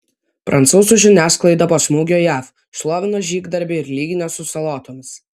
prancūzų žiniasklaida po smūgio jav šlovino žygdarbį ir lygino su salotomis